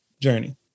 journey